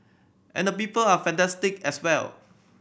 and the people are fantastic as well